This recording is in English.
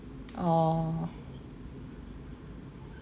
orh